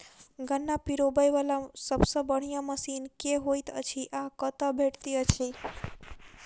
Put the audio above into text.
गन्ना पिरोबै वला सबसँ बढ़िया मशीन केँ होइत अछि आ कतह भेटति अछि?